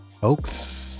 folks